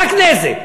רק נזק,